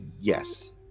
yes